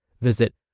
Visit